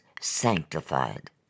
sanctified